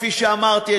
כפי שאמרתי,